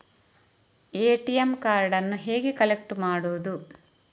ATM ಕಾರ್ಡನ್ನು ಹೇಗೆ collect ಮಾಡುವುದು?